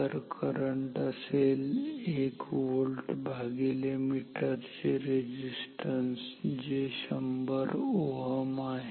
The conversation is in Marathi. तर करंट असेल 1 व्होल्ट भागिले मीटरचे रेझिस्टन्स जे 100 Ω आहे